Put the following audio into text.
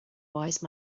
wise